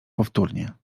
powtórnie